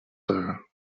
there